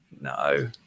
no